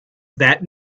that